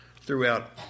throughout